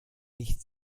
nicht